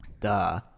Duh